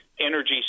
energy